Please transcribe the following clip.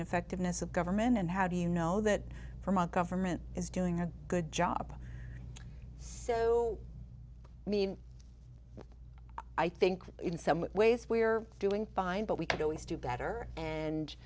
and effectiveness of government and how do you know that from our government is doing a good job so i mean i think in some ways we are doing fine but we could always do better and